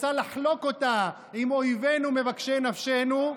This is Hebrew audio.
רוצה לחלוק אותה עם אויבינו ומבקשי נפשנו,